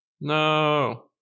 no